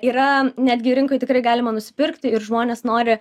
yra netgi rinkoj tikrai galima nusipirkti ir žmonės nori